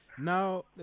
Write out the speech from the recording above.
now